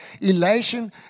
elation